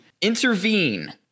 intervene